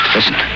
Listen